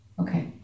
Okay